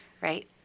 right